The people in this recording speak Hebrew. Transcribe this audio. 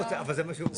אבל זה מה שהוא רוצה.